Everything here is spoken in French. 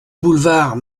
boulevard